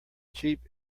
cheap